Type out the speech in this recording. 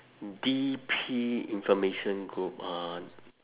D_P information group uh